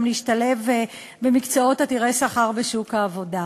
להשתלב במקצועות עתירי שכר בשוק העבודה.